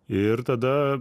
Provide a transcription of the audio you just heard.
ir tada